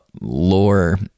lore